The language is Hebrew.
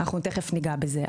תכף ניגע בזה.